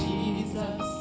Jesus